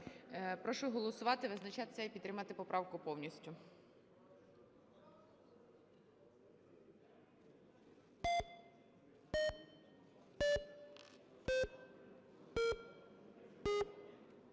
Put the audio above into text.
голосувати, визначитися і підтримати поправку повністю.